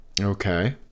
okay